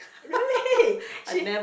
really she